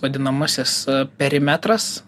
vadinamasis perimetras